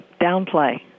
downplay